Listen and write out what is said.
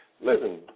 listen